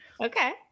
Okay